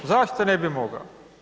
Zašto ne bi mogao?